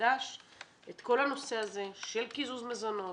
מחדש את כל הנושא הזה של קיזוז מזונות,